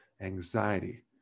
anxiety